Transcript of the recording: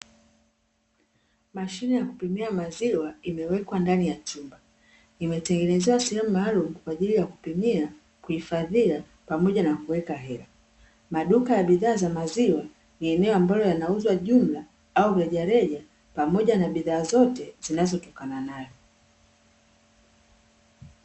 Mashine ya kupimia maziwa imewekwa ndani ya chumba imetengenezewa sehemu maalum kwa ajili ya kutumia kuhifadhia pamoja na kuweka hela, maduka ya bidhaa za maziwa ni eneo ambalo yanauzwa jumla au rejareja pamoja na bidhaa zote zinazotokana nazo.